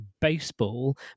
baseball